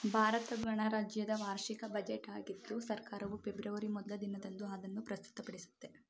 ಭಾರತ ಗಣರಾಜ್ಯದ ವಾರ್ಷಿಕ ಬಜೆಟ್ ಆಗಿದ್ದು ಸರ್ಕಾರವು ಫೆಬ್ರವರಿ ಮೊದ್ಲ ದಿನದಂದು ಅದನ್ನು ಪ್ರಸ್ತುತಪಡಿಸುತ್ತೆ